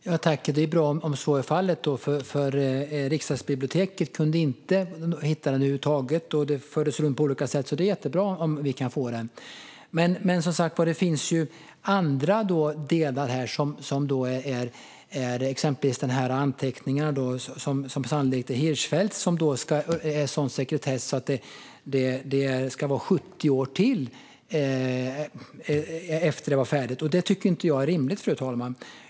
Fru talman! Det är bra om så är fallet, för Riksdagsbiblioteket kunde inte hitta den över huvud taget. Det fördes runt på olika sätt. Det är jättebra om vi kan få den. Men det finns som sagt andra delar här, exempelvis de anteckningar som sannolikt är Hirschfeldts. Det är 70 års sekretess efter att det var färdigt. Det tycker inte jag är rimligt, fru talman.